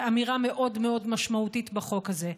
אמירה מאוד מאוד משמעותית בחוק הזה.